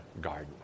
garden